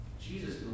Jesus